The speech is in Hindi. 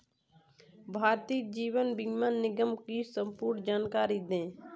भारतीय जीवन बीमा निगम की संपूर्ण जानकारी दें?